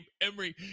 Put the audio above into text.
Emory